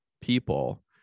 people